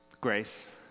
Grace